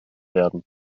werden